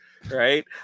Right